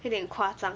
有点夸张